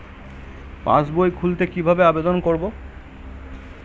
পাসবই খুলতে কি ভাবে আবেদন করব?